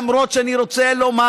למרות שאני רוצה לומר,